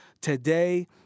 today